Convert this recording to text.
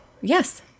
Yes